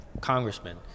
congressman